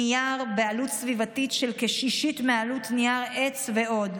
נייר בעלות סביבתית של כשישית מעלות נייר עץ ועוד.